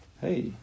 Hey